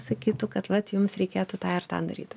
sakytų kad vat jums reikėtų tą ir tą daryti